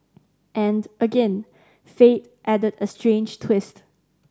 and again fate added a strange twist